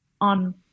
on